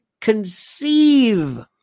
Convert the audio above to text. conceive